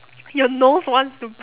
your nose wants to